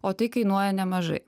o tai kainuoja nemažai